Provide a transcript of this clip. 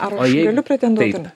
ar aš galiu pretenduot ar ne